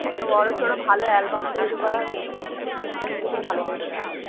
একটা বড়সড় ভালো অ্যালবাম তৈরি করা হবে ঠিক আছে এটা কিন্তু খুব ভালো করে করতে হবে